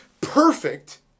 perfect